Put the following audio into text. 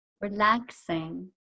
relaxing